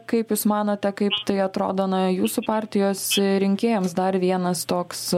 kaip jūs manote kaip tai atrodo na jūsų partijos rinkėjams dar vienas toks